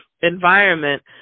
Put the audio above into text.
environment